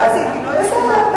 פרקטית היא לא ישימה.